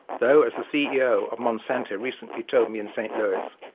though, as the ceo of monsanto recently told me in saint louis,